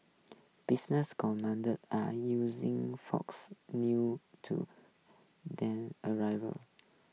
business are using fox new to them arrival